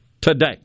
Today